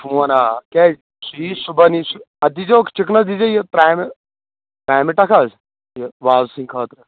phone آ کیازِ سُہ یی صبحن یی سُہ اتھ دی زیو چکنس دی زیو یہِ ترٛامہِ ترٛامہِ ٹکھ حظ یہِ وازٕ سٕندِ خٲطرٕ